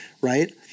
right